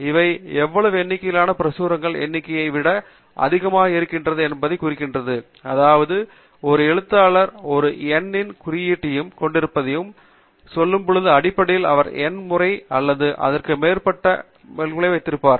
அவை எவ்வளவு எண்ணிக்கையிலான பிரசுரங்களின் எண்ணிக்கையை விட அதிகமாக இருக்கின்றன என்பதைக் குறிக்கிறது அதாவது ஒரு எழுத்தாளர் ஒரு n ன் n குறியீட்டைக் கொண்டிருப்பதாக சொல்லும்போது அடிப்படையில் அவர் n முறை அல்லது அதற்கு மேற்பட்ட மேற்கோள்களை வைத்திருக்கிறார்